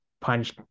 Punch